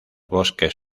bosques